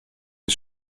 ist